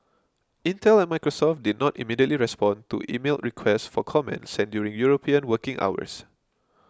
Intel and Microsoft did not immediately respond to emailed requests for comment sent during European working hours